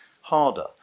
harder